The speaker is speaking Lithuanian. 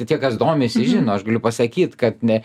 tie kas domisi žino aš galiu pasakyt kad ne